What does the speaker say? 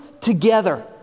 together